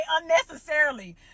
unnecessarily